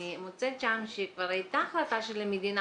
מצאתי שם שכבר הייתה החלטה של המדינה,